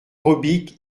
robic